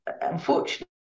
unfortunately